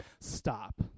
stop